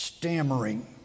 stammering